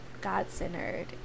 God-centered